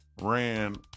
ran